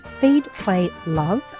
feedplaylove